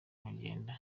nkagenda